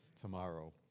tomorrow